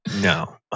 No